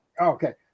Okay